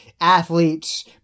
athletes